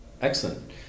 excellent